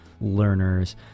learners